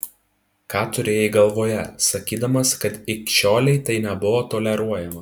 ką turėjai galvoje sakydamas kad ikšiolei tai nebuvo toleruojama